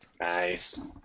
Nice